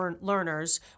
learners